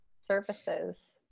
services